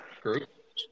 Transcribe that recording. group